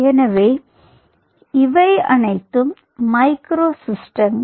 எனவே இவை அனைத்தும் மைக்ரோ சிஸ்டங்கள்